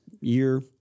year